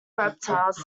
reptiles